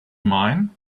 mine